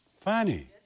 funny